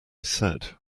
said